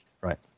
Right